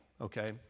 okay